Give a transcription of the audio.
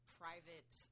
private